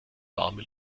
warme